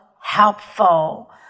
helpful